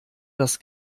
das